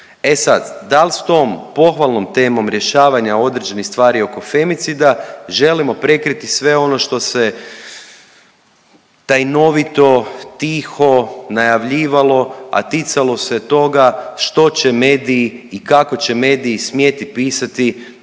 E sad, da li s tom pohvalnom temom rješavanja određenih stvari oko femicida želimo prekriti sve ono što se tajnovito tiho najavljivalo, a ticalo se toga što će mediji i kako će mediji smjeti pisati